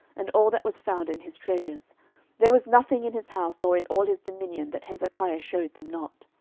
and all that was found in his treasures there was nothing in his house, nor in all his dominion, that hezekiah shewed them not.